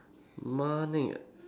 Malek ah